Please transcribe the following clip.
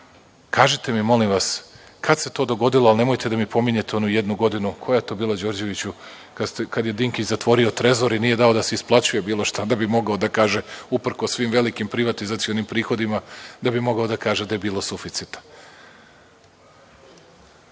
tačno. Kažite mi, molim vas, kada se to dogodilo, ali nemojte da mi pominjete onu jednu godinu, koja je to bila Đorđeviću, kada je Dinkić zatvorio Trezor i nije dao da se isplaćuje bilo šta da bi mogao da kaže, uprkos svim velikim privatizacionim prihodima, da bi mogao da kaže da je bilo suficita?